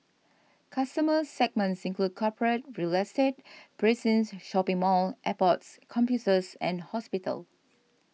customer segments include corporate real estate precincts shopping malls airports campuses and hospitals